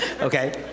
okay